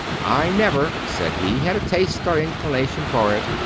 i never, said he, had taste or inclination for it,